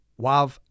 Wav